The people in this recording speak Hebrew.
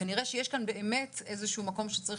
כנראה יש כאן באמת איזשהו מקום שצריך